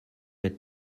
that